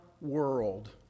world